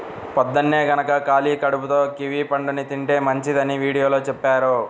పొద్దన్నే గనక ఖాళీ కడుపుతో కివీ పండుని తింటే మంచిదని వీడియోలో చెప్పారు